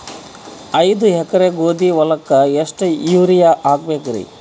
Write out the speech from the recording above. ಐದ ಎಕರಿ ಗೋಧಿ ಹೊಲಕ್ಕ ಎಷ್ಟ ಯೂರಿಯಹಾಕಬೆಕ್ರಿ?